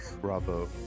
Bravo